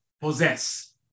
possess